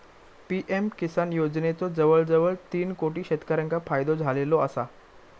PM Kisan योजनेचो जवळजवळ तीन कोटी शेतकऱ्यांका फायदो झालेलो आसा